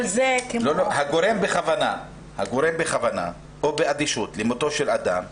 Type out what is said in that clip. "הגורם בכוונה או באדישות למותו של אדם,